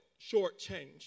shortchanged